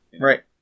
Right